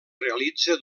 realitza